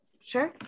sure